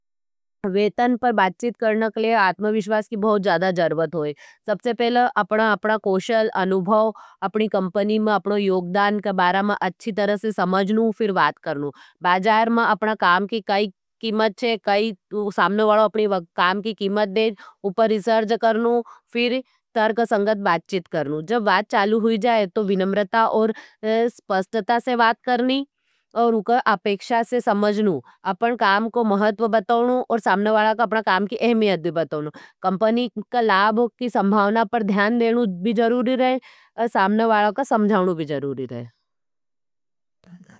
वेतन पर बातचीत करने के लिए आत्मविश्वास की बहुत ज्यादा जरूरत होई। सबसे पहले, अपना-अपना कोशल, अनुभव, अपनी कमपणी में, अपनो योगदान के बारा में अच्छी तरह से समझनू, फिर बात करनू। बाजार में अपना काम की काई कीमत छे, काम की कीमत दे, उ पर रिसर्च करनू, फिर तरक-संगत बाचित करनू। जब बात चालू हुई जाये, तो विनम्रता और स्पष्टता से बात करनी, और उका अपेक्षा से समझनू। अपना काम को महत्व बतवनू, और सामनवाला का अपना काम की एहमियत बतावनू। कंपनी का लाब होकी संभावना पर ध्यान देनू भी जरूरी रहे, और सामने वाला का समझावनू भी जरूरी रहे।